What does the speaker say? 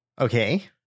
Okay